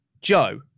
Joe